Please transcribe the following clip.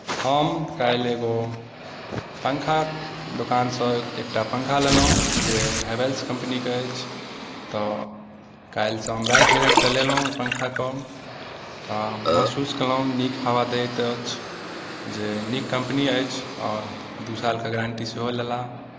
हम काल्हि एगो पङ्खा दोकानसँ एकटा पङ्खा लेलहुँ जे हेवेल्स कम्पनीके अछि तऽ काल्हिसँ हम राति भरि चलेलहुँ पङ्खा कऽ तऽ महसूस केलहुँ नीक हवा दैत अछि जे नीक कम्पनी अछि आओर दू साल कऽ गारण्टी सेहो लेलाह